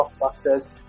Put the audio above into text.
blockbusters